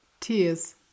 Tears